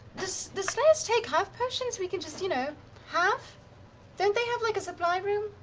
does the slayer's take have potions we can just you know have? don't they have like a supply room?